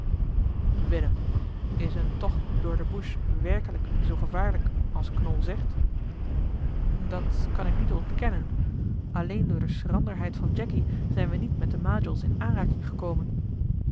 willem is een tocht door de bush werkelijk zoo gevaarlijk als knol zegt dat kan ik niet ontkennen alleen door de schranderheid van jacky zijn we niet met de majols in aanraking gekomen